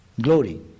glory